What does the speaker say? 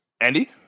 Andy